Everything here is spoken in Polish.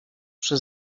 przy